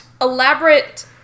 Elaborate